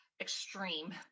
extreme